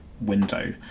window